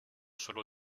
solo